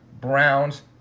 Browns